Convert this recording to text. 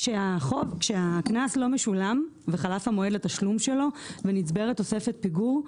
כאשר הקנס לא משולם וחלף המועד לתשלום שלו ונצברת תוספת פיגור,